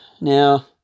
Now